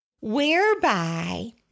whereby